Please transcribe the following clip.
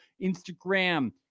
Instagram